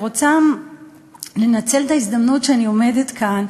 אני רוצה לנצל את ההזדמנות שאני עומדת כאן